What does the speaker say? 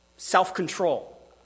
Self-control